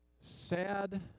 sad